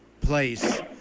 place